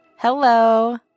Hello